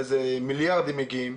מיליארדים מגיעים.